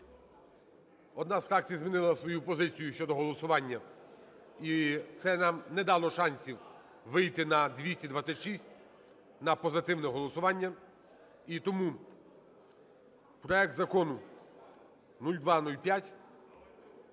одна з фракцій змінила свою позицію щодо голосування і це нам не дало шансів вийти на 226, на позитивне голосування. І тому проект Закону 0205